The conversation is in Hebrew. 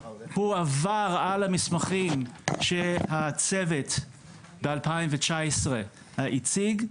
הוא עבר על המסמכים שהצוות ב- 2019 הציג,